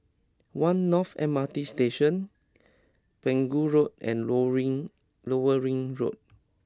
One North M R T Station Pegu Road and Lower Ring Lower Ring Road